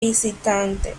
visitante